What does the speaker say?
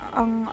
ang